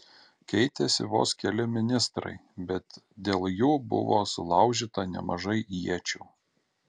keitėsi vos keli ministrai bet dėl jų buvo sulaužyta nemažai iečių